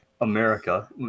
America